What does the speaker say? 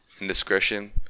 indiscretion